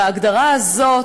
ההגדרה הזאת,